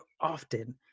often